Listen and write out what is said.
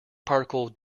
particle